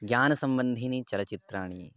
ज्ञानसम्बन्धीनि चलच्चित्राणि